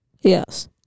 Yes